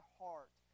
heart